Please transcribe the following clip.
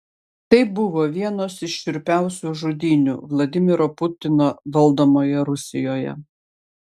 tai buvo vienos iš šiurpiausių žudynių vladimiro putino valdomoje rusijoje